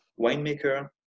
winemaker